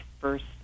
first